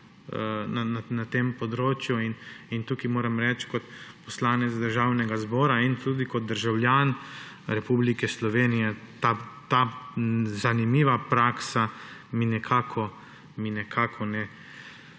na tem področju in tukaj moram reči kot poslanec Državnega zbora in tudi kot državljan Republike Slovenije, da ta zanimiva praksa mi nekako ne